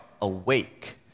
awake